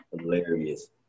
Hilarious